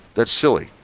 that's silly.